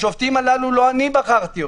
את השופטים הללו לא אני בחרתי.